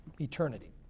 Eternity